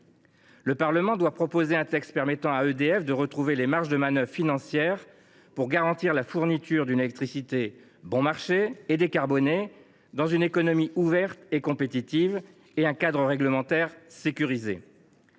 Le Parlement doit proposer un texte permettant à EDF de retrouver des marges de manœuvre financières pour garantir la fourniture d’une électricité bon marché et décarbonée au sein d’une économie ouverte et compétitive, dans un cadre réglementaire sécurisé.